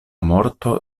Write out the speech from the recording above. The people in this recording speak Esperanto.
morto